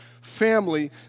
family